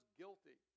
guilty